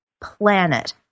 Planet